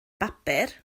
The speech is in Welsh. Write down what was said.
bapur